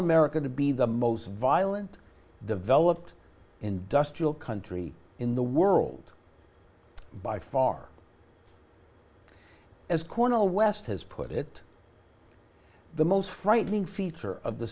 america to be the most violent developed industrial country in the world by far as cornel west has put it the most frightening feature of the